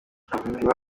amamininwa